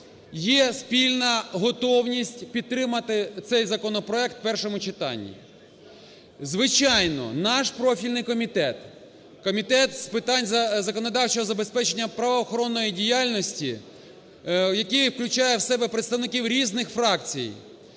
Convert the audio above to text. є спільна готовність підтримати цей законопроект у першому читанні. Звичайно, наш профільний комітет – Комітет з питань законодавчого забезпечення правоохоронної діяльності, який включає в себе представників різних фракцій,